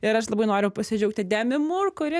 ir aš labai noriu pasidžiaugti demi mur kuri